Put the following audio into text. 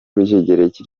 rw’ikigereki